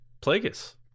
Plagueis